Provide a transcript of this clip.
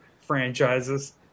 franchises